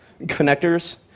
connectors